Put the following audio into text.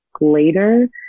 later